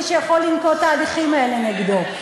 לנקוט את ההליכים האלה נגדו.